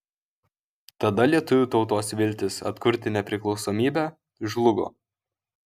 tada lietuvių tautos viltys atkurti nepriklausomybę žlugo